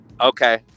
Okay